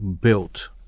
built